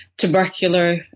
tubercular